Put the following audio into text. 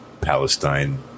Palestine